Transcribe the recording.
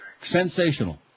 Sensational